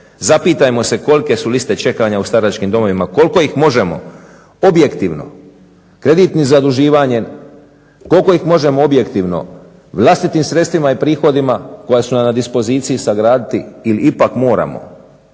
Zapitajmo se kolike su liste čekanja u staračkim domovima, koliko ih možemo objektivno kreditnim zaduživanje, koliko ih možemo objektivno vlastitim sredstvima i prihodima koja su nam na dispoziciji sagraditi ili ipak moramo